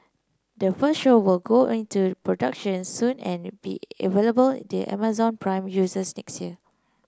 the first show will go into production soon and be available to Amazon Prime users next year